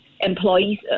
employees